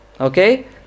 okay